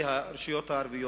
לרשויות הערביות,